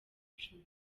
icumi